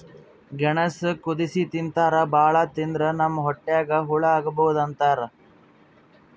ಗೆಣಸ್ ಕುದಸಿ ತಿಂತಾರ್ ಭಾಳ್ ತಿಂದ್ರ್ ನಮ್ ಹೊಟ್ಯಾಗ್ ಹಳ್ಳಾ ಆಗಬಹುದ್ ಅಂತಾರ್